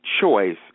choice